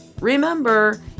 remember